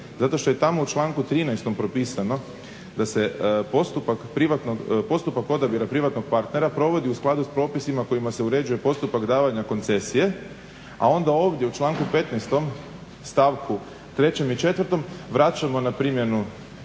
Zato što je tamo u članku 13. propisano da se postupak privatnog, postupak odabira privatnog partnera provodi u skladu s propisima kojima se uređuje postupak davanja koncesije, a onda ovdje u članku 15. stavku 3.i 4. vraćamo na primjenu